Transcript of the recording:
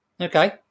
Okay